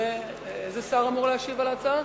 איזה שר אמור להשיב על ההצעה?